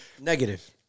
Negative